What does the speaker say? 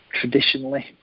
traditionally